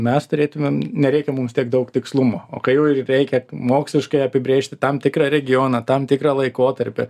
mes turėtumėm nereikia mums tiek daug tikslumo o kai jau ir reikia moksliškai apibrėžti tam tikrą regioną tam tikrą laikotarpį